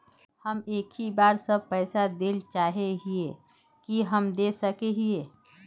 हम एक ही बार सब पैसा देल चाहे हिये की हम दे सके हीये?